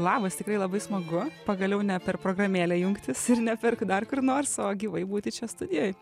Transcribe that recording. labas tikrai labai smagu pagaliau ne per programėlę jungtis ir ne per kur dar kur nors o gyvai būti čia studijoj